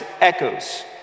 echoes